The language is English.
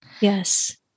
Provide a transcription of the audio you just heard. Yes